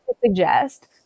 suggest